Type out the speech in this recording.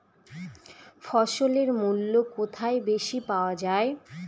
ফসলের মূল্য কোথায় বেশি পাওয়া যায়?